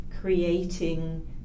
creating